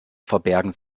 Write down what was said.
verbergen